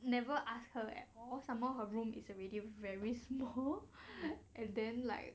never ask her at all some more he room is already very small and then like